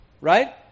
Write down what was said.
right